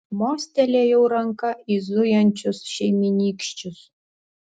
mostelėjau ranka į zujančius šeimynykščius